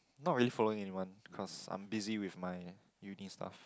not really following anyone because I am busy with my uni stuff